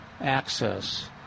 access